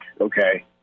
okay